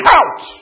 out